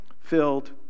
filled